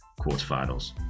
quarterfinals